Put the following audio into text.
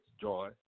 joy